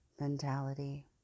mentality